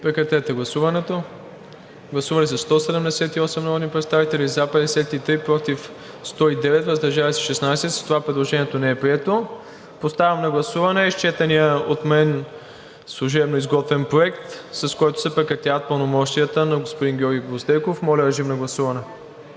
Прегласуване. Гласували 178 народни представители: за 53, против 109, въздържали се 16. С това предложението не е прието. Поставям на гласуване изчетения от мен служебно изготвен проект, с който се прекратяват пълномощията на господин Георги Гвоздейков. Гласували